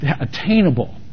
attainable